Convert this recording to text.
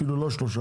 אפילו לא שלושה,